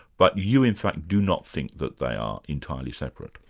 but you, in fact, do not think that they are entirely separate.